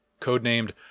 codenamed